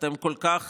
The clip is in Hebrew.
אתם כל כך